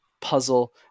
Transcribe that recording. puzzle